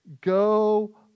Go